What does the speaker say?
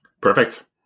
Perfect